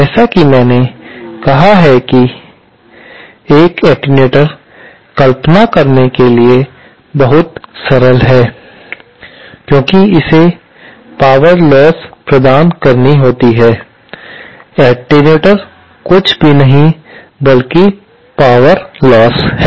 जैसा कि मैंने कहा है कि मैंने कहा है कि एक एटेन्यूएटर कल्पना करने के लिए बहुत सरल है क्योंकि इसे पावर लोस्स प्रदान करनी होती है एटेन्यूएटर कुछ भी नहीं बल्कि पावर लोस्स है